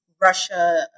Russia